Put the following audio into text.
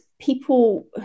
people